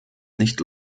nicht